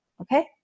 Okay